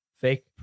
fake